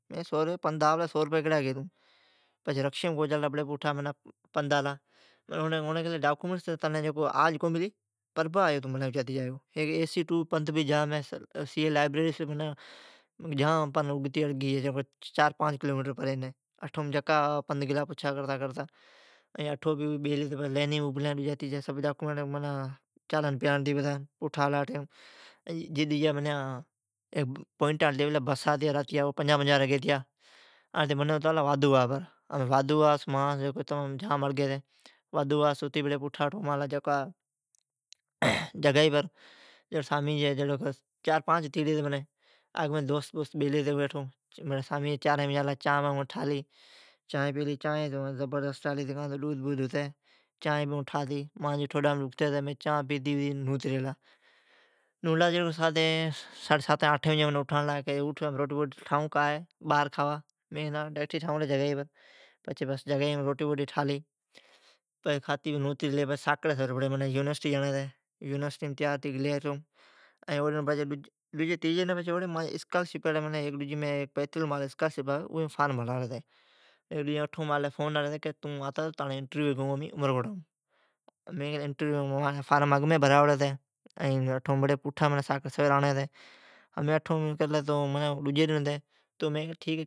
ائیں سئو روپیہ، سئو روپیہ کیڑا گی تو پند ھا پلا ہے۔ رکشیم کو چڑلا پچھی بڑی پوٹھا پند آلا۔ اوڑین کیلی ڈاکیو مینٹس تنین آج کو ملی پربھ آیو تون اچاتی جایو۔ ای سی لائیبریری سو چار پانچ کلو میٹر پند ہے۔ چالان ڈجا لائینیم پیاڑتی پوٹھا آلا جکا ایا راتیا بسا ابھلیا ھتیا ایا پنجاھ پنجاھ روپیا گیتیا۔ وادھو واھ جھان اڑگی ھتی اٹھو سون آلا جگائی بر۔ چار پانچ ھتی گلی، آلا اگمین دوست بیلی ھتی اوین اوین چانھ سٹھی ٹھالی کا تو ڈودھ ھتی۔ مین چانھ پیتی نوتی ریلا۔ منین ساتیں بجی اوٹھانڑلا، منین کیلی سامین جی روٹی اٹھی ٹاھوا یا باھر کھاوا مین کیلی اٹھی ٹھائون جگائی بر۔ روٹی ٹھالی، کھاتی نوتی ریلی، ائین منین ساکڑی بڑی یونیسٹی جاڑین ھتی، ائین ساکڑی بڑی یونیسٹی گلی۔ ائین ڈجی ڈن مین کو یونیسٹی جی اشکالر"بیت المال"پ بھرالی ھتی۔ اٹھوم فون آلی کہ تون آتا امرکوٹ۔ مانجی فارم بڑی اگمین بھرائوڑی ھتی ائین منین بڑی ساکڑی سویر آڑین ھتی۔ تو ڈجی ڈن مین کہ ٹھیک ہے۔